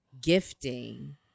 gifting